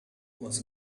was